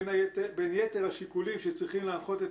בין יתר השיקולים שצריכים להנחות את